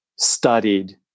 studied